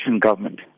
government